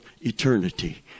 eternity